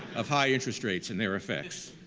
of high interest rates and their effects.